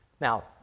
Now